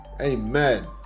amen